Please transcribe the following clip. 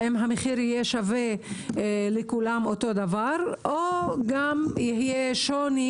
האם המחיר יהיה שווה לכולם אותו דבר או גם יהיה שוני,